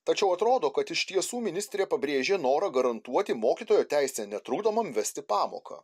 tačiau atrodo kad iš tiesų ministrė pabrėžė norą garantuoti mokytojo teisę netrukdomam vesti pamoką